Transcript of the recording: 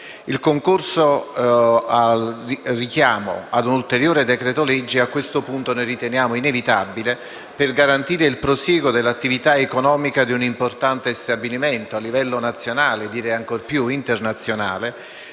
il ricorso a un ulteriore decreto-legge a questo punto inevitabile per garantire il prosieguo dell'attività economica di un importante stabilimento a livello nazionale, direi ancor più internazionale,